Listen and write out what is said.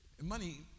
Money